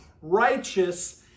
righteous